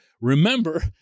Remember